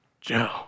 Joe